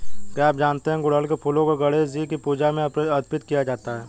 क्या आप जानते है गुड़हल के फूलों को गणेशजी की पूजा में अर्पित किया जाता है?